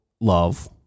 love